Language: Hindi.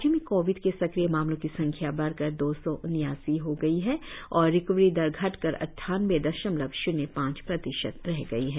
राज्य में कोविड के सक्रिय मामलों की संख्या बढ़कर दो सौ उन्यासी हो गई है और रिकवरी दर घटकर अड्डानबे दशमलव श्न्य पांच प्रतिशत रह गई है